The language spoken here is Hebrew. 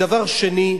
דבר שני,